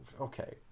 okay